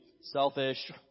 Selfish